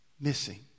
missing